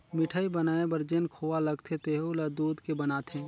मिठाई बनाये बर जेन खोवा लगथे तेहु ल दूद के बनाथे